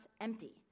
empty